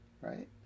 Right